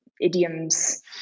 Idioms